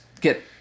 get